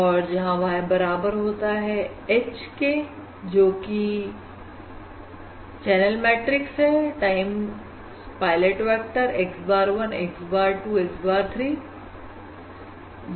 और जहां Y बराबर होता है H के जोकि चैनी मैट्रिक्स है time pilot vector x bar 1 x bar 2 x bar 3